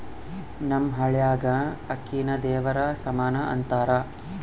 ನಮ್ಮ ಹಳ್ಯಾಗ ಅಕ್ಕಿನ ದೇವರ ಸಮಾನ ಅಂತಾರ